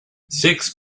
six